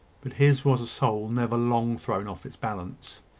but his was a soul never long thrown off its balance.